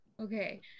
okay